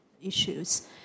Issues